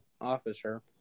officer